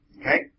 Okay